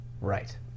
right